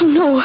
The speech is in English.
no